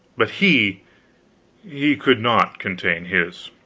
but he he could not contain his.